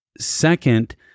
Second